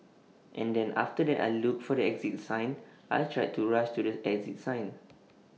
and then after that I looked for the exit sign and tried to rush to the exit sign